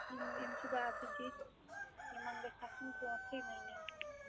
یِم یِم چھِ باقٕے چیٖز یِمَن گژھِ آسُن برٛونٛٹھٕے ؤنِتھ